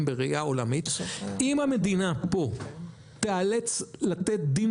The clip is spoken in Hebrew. בראייה עולמית אם המדינה פה תיאלץ לתת דין